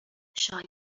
شایع